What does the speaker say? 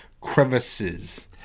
crevices